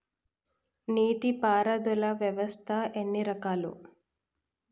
నీటి పారుదల వ్యవస్థ ఎన్ని రకాలు?